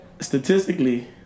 Statistically